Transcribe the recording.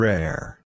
Rare